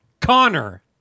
Connor